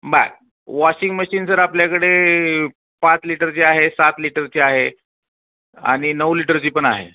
बरं washing machine जर आपल्याकडे पाच लिटरची आहे सात लिटरची आहे आणि नऊ लिटरची पण आहे